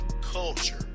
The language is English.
culture